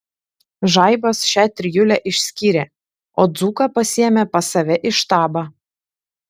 žaibas šią trijulę išskyrė o dzūką pasiėmė pas save į štabą